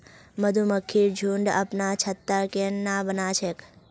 मधुमक्खिर झुंड अपनार छत्ता केन न बना छेक